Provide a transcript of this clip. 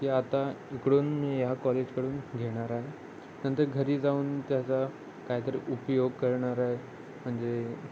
की आता इकडून मी ह्या कॉलेजकडून घेणार आहे नंतर घरी जाऊन त्याचा काहीतरी उपयोग करणार आहे म्हणजे